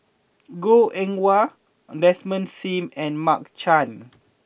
Goh Eng Wah Desmond Sim and Mark Chan